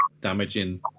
damaging